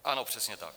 Ano, přesně tak.